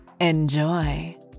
Enjoy